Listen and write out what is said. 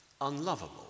unlovable